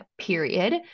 period